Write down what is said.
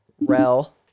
Rel